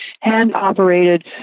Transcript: hand-operated